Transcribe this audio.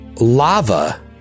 lava